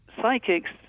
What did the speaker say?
psychics